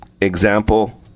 example